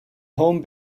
home